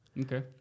Okay